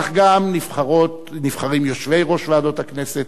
כך גם נבחרים יושבי-ראש ועדות הכנסת.